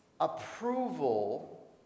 approval